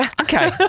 Okay